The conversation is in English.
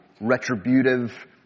retributive